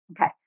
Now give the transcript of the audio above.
Okay